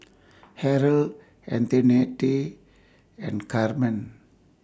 Harrell Antionette and Carmen